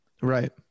right